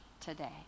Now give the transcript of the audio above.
today